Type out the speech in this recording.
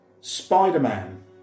Spider-Man